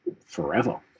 forever